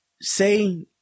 say